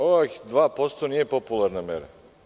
Ovih 2% nije popularna mera.